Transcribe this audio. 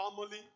family